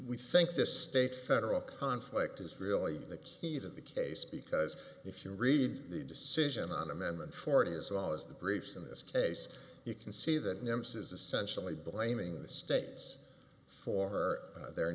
we think this state federal conflict is really the key to the case because if you read the decision on amendment forty as well as the briefs in this case you can see that nemesis essentially blaming the states for the